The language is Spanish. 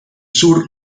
sur